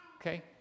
Okay